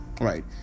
right